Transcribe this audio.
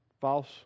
false